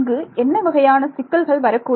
இங்கு என்ன வகையான சிக்கல்கள் வரக்கூடும்